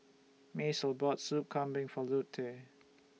Macel bought Soup Kambing For Lute